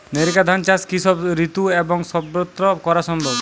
NERICA ধান চাষ কি সব ঋতু এবং সবত্র করা সম্ভব?